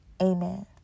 amen